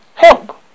Help